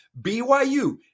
BYU